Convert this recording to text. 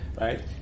right